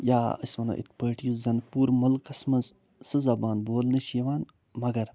یا أسۍ وَنو یِتھ پٲٹھۍ یُس زن پوٗرٕ مُلکَس منٛز سٕہ زبان بولنہٕ چھِ یِوان مگر